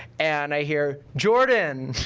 and i hear jordan,